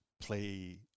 play